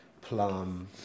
plum